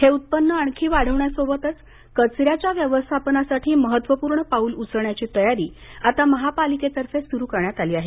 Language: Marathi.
हे उत्पन्न आणखी वाढविण्यासोबतच कचऱ्याच्या व्यवस्थापनासाठी महत्वपूर्ण पाउल उचलण्याची तयारी आता महापालिकेतर्फे सुरू करण्यात आली आहे